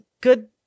good